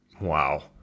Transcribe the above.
Wow